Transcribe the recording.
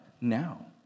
now